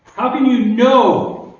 how can you know